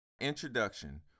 Introduction